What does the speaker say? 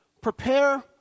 Prepare